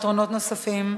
פתרונות נוספים,